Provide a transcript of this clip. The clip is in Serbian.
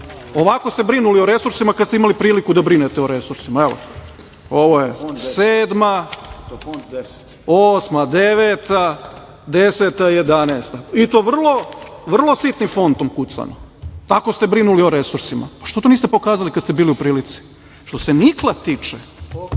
Ovako ste brinuli o resursima kada se imali priliku da brinete o resursima. Evo, ovo je sedma, osma, deveta, deseta, jedanaesta i to vrlo sitnim fontom kucano. Tako ste brinuli o resursima. Što to niste pokazali kada ste bili u prilici? Što se nikla tiče,